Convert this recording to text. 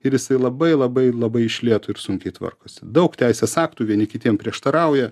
ir jisai labai labai labai iš lėto ir sunkiai tvarkosi daug teisės aktų vieni kitiem prieštarauja